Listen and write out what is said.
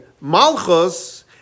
Malchus